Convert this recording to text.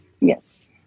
Yes